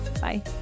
Bye